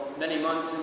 many months